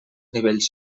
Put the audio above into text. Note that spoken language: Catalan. nivells